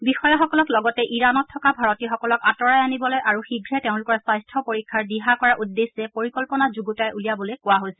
বিষয়াসকলক লগতে ইৰাণত থকা ভাৰতীয়সকলক আঁতৰাই আনিবলৈ আৰু শীঘে তেওঁলোকৰ স্বাস্থ্য পৰীক্ষাৰ দিহা কৰাৰ উদ্দেশ্যে পৰিকল্পনা যুণ্ডতাই উলিয়াবলৈ কোৱা হৈছে